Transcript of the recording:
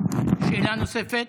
שאלה נוספת?